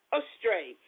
astray